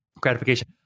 gratification